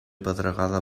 pedregada